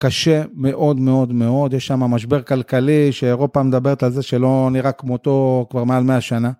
קשה מאוד מאוד מאוד, יש שמה משבר הכלכלי שאירופה מדברת על זה שלא נראה כמותו כבר מעל 100 שנה.